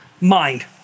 mind